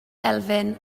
elfyn